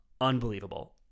unbelievable